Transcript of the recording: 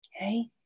Okay